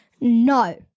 No